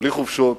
בלי חופשות,